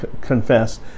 confess